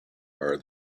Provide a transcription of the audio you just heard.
are